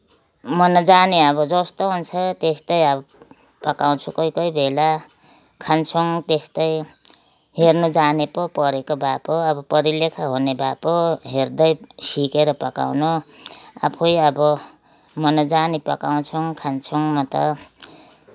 म नजानी अब जस्तो हुन्छ त्यस्तै अब पकाउँछु कोही कोही बेला खान्छौँ त्यस्तै हेर्न जाने पो पढेको भए पो अब पढा लेखा हुने भए पो हेर्दै सिकेर पकाउनु आफै अब मन जाने पकाउँछौँ खान्छौँ म त